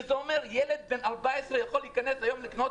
וזה אומר שילד בן 14 יכול להיכנס ולקנות